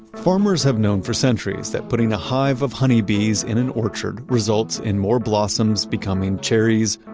farmers have known for centuries that putting a hive of honeybees in an orchard results in more blossoms becoming cherries,